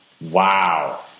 Wow